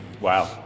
Wow